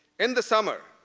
in the summer,